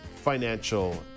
financial